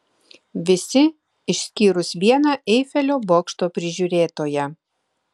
visi išskyrus vieną eifelio bokšto prižiūrėtoją